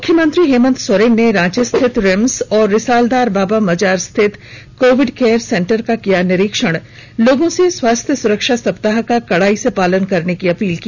मुख्यमंत्री हेमंत सोरेन ने रांची स्थित रिम्स और रिसालदार बाबा मजार स्थित कोविड केयर सेंटर का किया निरीक्षण लोगों से स्वास्थ्य सुरक्षा सप्ताह का कड़ाई से पालन करने की अपील की